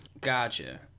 gotcha